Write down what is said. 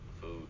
food